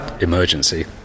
emergency